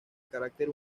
carácter